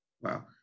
Wow